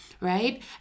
right